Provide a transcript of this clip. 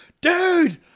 dude